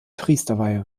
priesterweihe